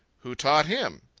who taught him?